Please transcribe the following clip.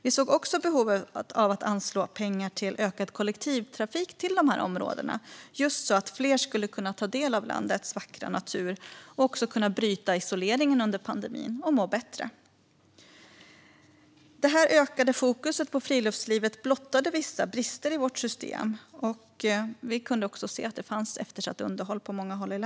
Vi såg också behovet av att anslå pengar till ökad kollektivtrafik till dessa områden så att fler skulle kunna ta del av landets vackra natur liksom att bryta isoleringen under pandemin och må bättre. Det ökade fokuset på friluftslivet blottade vissa brister i vårt system. Vi kunde också se att det på många håll i landet fanns ett eftersatt underhåll.